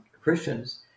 Christians